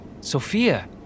Sophia